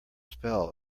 spell